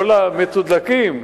כל המתודלקים,